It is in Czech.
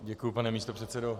Děkuji, pane místopředsedo.